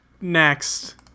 Next